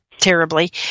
terribly